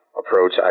approach